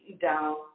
down